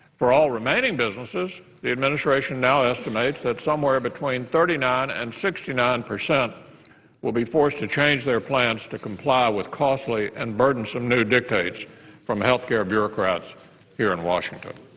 for all remaining businesses, the administration now estimates that somewhere between thirty nine percent and sixty nine percent will be forced to change their plans to comply with costly and burdensome new dictates from health care bureaucrats here in washington.